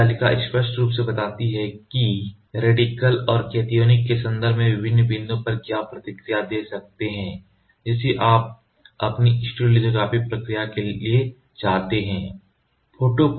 तो यह तालिका स्पष्ट रूप से बताती है कि रेडिकल और कतिओनिक के संदर्भ में विभिन्न बिंदुओं पर क्या प्रतिक्रिया दे सकते हैं जिसे आप अपनी स्टीरियोलिथोग्राफी प्रक्रिया के लिए चाहते हैं